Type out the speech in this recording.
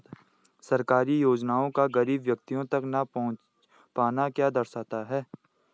सरकारी योजनाओं का गरीब व्यक्तियों तक न पहुँच पाना क्या दर्शाता है?